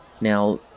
now